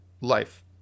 life